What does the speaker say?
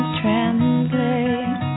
translate